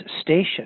station